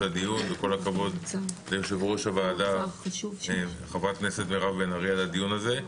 הדיון וליושבת ראש הוועדה על הדיון הזה.